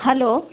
hello